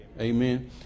Amen